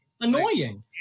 annoying